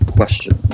question